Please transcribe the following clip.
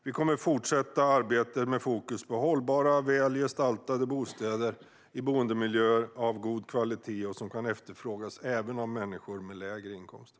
Vi kommer att fortsätta arbetet med fokus på hållbara och väl gestaltade bostäder i boendemiljöer av god kvalitet, som kan efterfrågas även av människor med lägre inkomster.